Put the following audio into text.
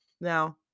now